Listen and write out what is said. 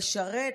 לשרת,